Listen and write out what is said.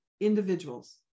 individuals